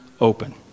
open